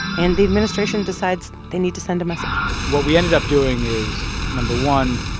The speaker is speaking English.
and the administration decides they need to send a message what we ended up doing is, number one,